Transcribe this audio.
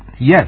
Yes